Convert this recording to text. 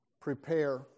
prepare